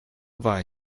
war